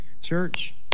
Church